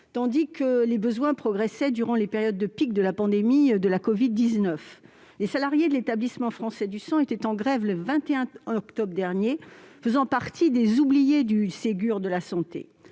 alors que les besoins progressaient durant les périodes de pic de la pandémie de la covid-19. Les salariés de l'Établissement français du sang étaient en grève le 21 octobre dernier, car ils font partie des « oubliés du Ségur de la santé